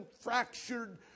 fractured